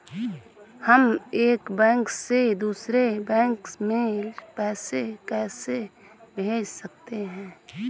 हम एक बैंक से दूसरे बैंक में पैसे कैसे भेज सकते हैं?